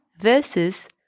versus